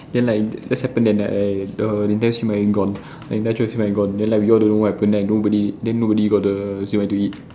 then like just happened that night right the the entire siew-mai gone the entire siew-mai gone then like we all don't know what happen like nobody got the siew-mai to eat